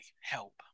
Help